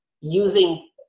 Using